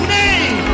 name